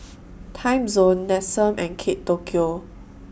Timezone Nestum and Kate Tokyo